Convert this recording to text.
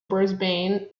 brisbane